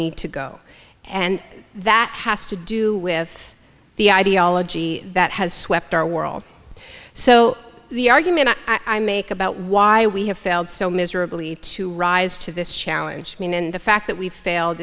need to go and that has to do with the ideology that has swept our world so the argument i make about why we have failed so miserably to rise to this challenge and the fact that we failed